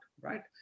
right